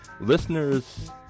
listeners